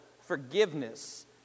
forgiveness